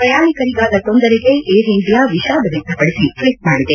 ಪ್ರಯಾಣಿಕರಿಗಾದ ತೊಂದರೆಗೆ Air India ವಿಷಾದ ವ್ಯಕ್ತಪಡಿಸಿ ಟ್ವೀಟ್ ಮಾಡಿದೆ